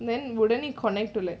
then wouldn't it connect to like